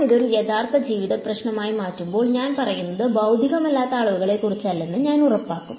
ഞാൻ ഇത് ഒരു യഥാർത്ഥ ജീവിത പ്രശ്നമായി മാറ്റുമ്പോൾ ഞാൻ പറയുന്നത് ഭൌതികമല്ലാത്ത അളവുകളെക്കുറിച്ചല്ലെന്ന് ഞാൻ ഉറപ്പാക്കും